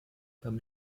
beim